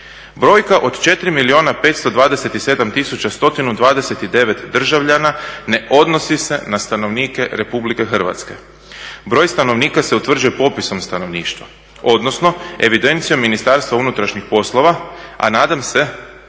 tisuća 129 državljana ne odnosi se na stanovnike RH. Broj stanovnika se utvrđuje popisom stanovništva, odnosno evidencijom Ministarstva unutrašnjih poslova, a nadam se,